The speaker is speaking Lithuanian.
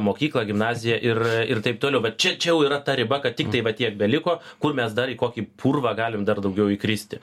mokyklą gimnaziją ir ir taip toliau bet čia čia jau yra ta riba kad tiktai va tiek beliko kur mes dar į kokį purvą galim dar daugiau įkristi